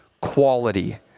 quality